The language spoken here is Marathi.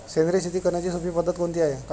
सेंद्रिय शेती करण्याची सोपी पद्धत कोणती आहे का?